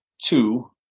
Two